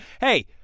hey